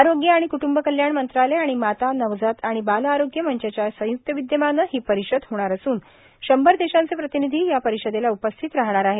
आरोग्य आणि क्टंब कल्याण मंत्रालय आणि माता नवजात आणि बालआरोग्य मंचाच्या संयुक्त विद्यमानं ही परिषद होणार असून शंभर देशांचे प्रतिनिधी या परिषदेला उपस्थित राहणार आहेत